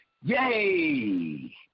Yay